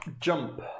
Jump